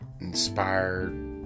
inspired